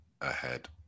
ahead